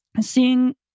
seeing